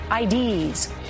IDs